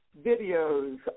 videos